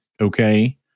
Okay